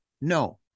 No